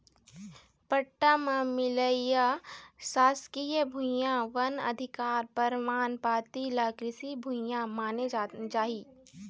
पट्टा म मिलइया सासकीय भुइयां, वन अधिकार परमान पाती ल कृषि भूइया माने जाही